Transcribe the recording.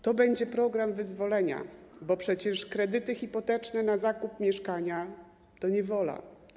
To będzie program wyzwolenia, bo przecież kredyty hipoteczne na zakup mieszkania to niewola.